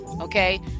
okay